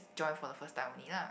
join for the first time only lah